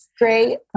Great